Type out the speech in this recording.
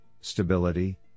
stability